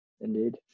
Indeed